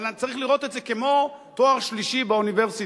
אבל צריך לראות את זה כמו תואר שלישי באוניברסיטה,